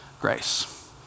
grace